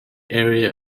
area